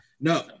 No